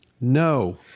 No